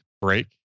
break